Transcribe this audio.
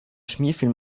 schmierfilm